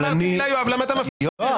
למה אתה מפריע?